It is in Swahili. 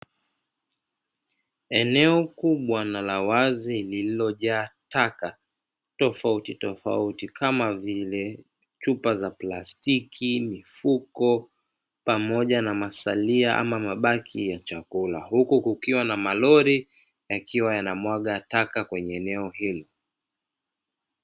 Eneo kubwa na la wazi lililojaa taka tofauti tofauti kama vile chupa za plastiki, mifuko pamoja na masalia ama mabaki ya chakula, huku kukiwa na maroli yakiwa yanamwaga taka katika eneo hilo.